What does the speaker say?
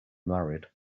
married